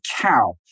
cow